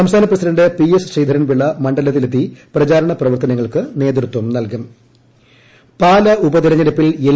സംസ്ഥാന president P S Sreedharan Pillai മണ്ഡലത്തിലെത്തി പ്രചാരണ പ്രവർത്തനങ്ങൾക്ക് നേതൃത്വം നൽകും പാലാ തോമസ് ഐസക് ഉപതെരഞ്ഞെടുപ്പിൽ എൽ